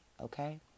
Okay